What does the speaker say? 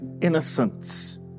innocence